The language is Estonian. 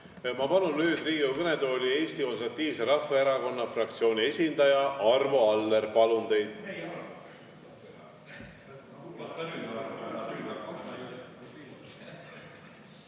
Ma palun nüüd Riigikogu kõnetooli Eesti Konservatiivse Rahvaerakonna fraktsiooni esindaja Arvo Alleri. Palun teid!